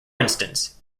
instance